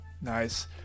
Nice